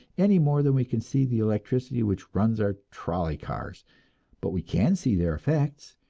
any more than we can see the electricity which runs our trolley cars but we can see their effects,